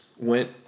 Went